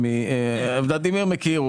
ולדימיר מכיר.